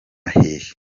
hehe